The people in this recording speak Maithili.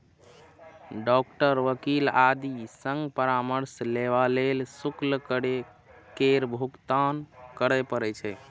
डॉक्टर, वकील आदि सं परामर्श लेबा लेल शुल्क केर भुगतान करय पड़ै छै